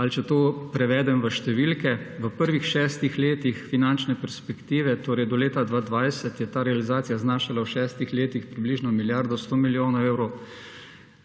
Ali če to prevedem v številke, v prvih šestih letih finančne perspektive, torej do leta 2020, je ta realizacija znašala v šestih letih približno milijardo 100 milijonov evrov,